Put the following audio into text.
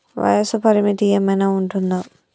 వయస్సు పరిమితి ఏమైనా ఉంటుందా?